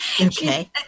okay